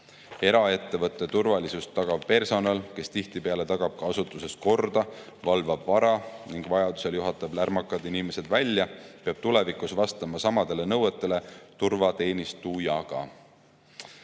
Eraettevõtte turvalisust tagav personal, kes tihtipeale tagab ka asutuses korda, valvab vara ning vajadusel juhatab lärmakad inimesed välja, peab tulevikus vastama samadele nõuetele kui turvateenistuja.